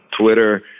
Twitter